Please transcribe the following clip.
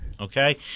okay